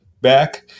back